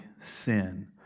sin